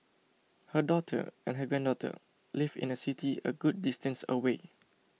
her daughter and her granddaughter live in a city a good distance away